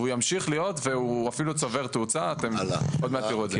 והוא ימשיך להיות והוא אפילו צובר תאוצה ואתם עוד מעט תראו את זה.